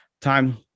time